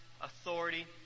authority